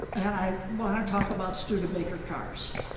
and i want to talk about studebaker cars.